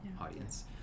audience